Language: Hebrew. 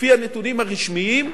לפי הנתונים הרשמיים,